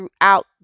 throughout